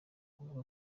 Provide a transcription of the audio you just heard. kuvuga